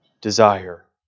desire